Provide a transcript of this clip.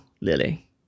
Lily